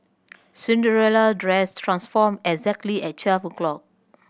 Cinderella dress transformed exactly at twelve o'clock